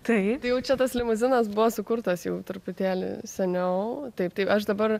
tai tai jau čia tas limuzinas buvo sukurtas jau truputėlį seniau taip tai aš dabar